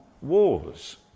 wars